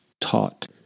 taught